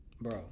bro